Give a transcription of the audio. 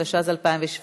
התשע"ז 2017,